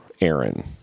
Aaron